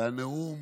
והנאום